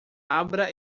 abra